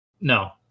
No